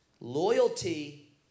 Loyalty